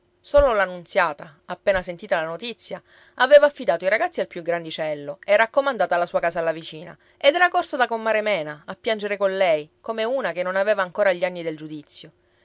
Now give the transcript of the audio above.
solo la nunziata appena sentita la notizia aveva affidato i ragazzi al più grandicello e raccomandata la sua casa alla vicina ed era corsa da comare mena a piangere con lei come una che non aveva ancora gli anni del giudizio